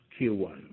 Q1